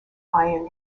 iron